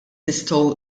nistgħu